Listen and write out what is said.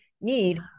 need